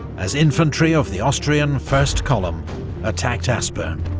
as infantry of the austrian first column attacked aspern.